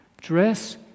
Dress